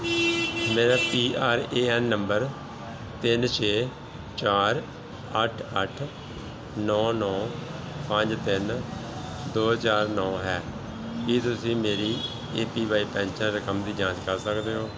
ਮੇਰਾ P R A N ਨੰਬਰ ਤਿੰਨ ਛੇ ਚਾਰ ਅੱਠ ਅੱਠ ਨੌਂ ਨੌਂ ਪੰਜ ਤਿੰਨ ਦੋ ਚਾਰ ਨੌਂ ਹੈ ਕੀ ਤੁਸੀਂ ਮੇਰੀ ਏ ਪੀ ਵਾਈ ਪੈਨਸ਼ਨ ਰਕਮ ਦੀ ਜਾਂਚ ਕਰ ਸਕਦੇ ਹੋ